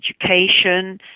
education